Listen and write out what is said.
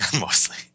Mostly